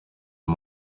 uyu